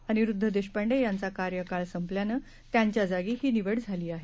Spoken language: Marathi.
अनिरूद्व देशपांडे यांचा कार्यकाळ संपल्यानं त्यांच्या जागी ही निवड झाली आहे